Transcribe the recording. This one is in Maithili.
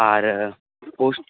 आओर पोस्ट